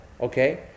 Okay